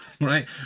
right